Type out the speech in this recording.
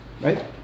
right